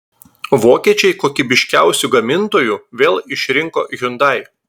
vokiečiai kokybiškiausiu gamintoju vėl išrinko hyundai